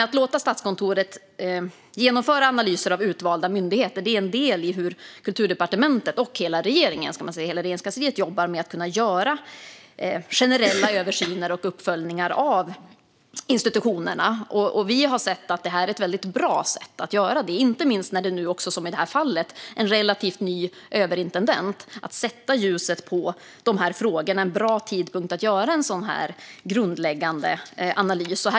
Att låta Statskontoret genomföra analyser av utvalda myndigheter är en del i hur Kulturdepartementet och hela Regeringskansliet jobbar med att göra generella översyner och uppföljningar av institutionerna. Det är ett bra sätt, inte minst när det, som i det här fallet, är en relativt ny överintendent. Det är en bra tidpunkt att sätta ljuset på de här frågorna och göra en sådan grundläggande analys.